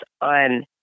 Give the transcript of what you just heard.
on